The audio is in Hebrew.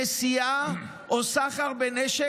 נשיאה או סחר בנשק,